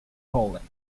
poland